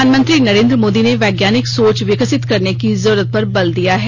प्रधानमंत्री नरेंद्र मोदी ने वैज्ञानिक सोच विकसित करने की जरूरत पर बल दिया है